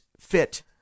Fit